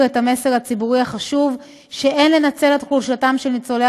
את המסר הציבורי החשוב שאין לנצל את חולשתם של ניצולי